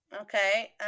Okay